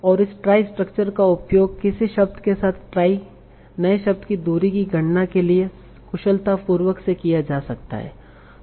और इस trie structure का उपयोग किसी शब्द के साथ ट्राई नए शब्द की दूरी की गणना के लिए कुशलतापूर्वक से किया जा सकता है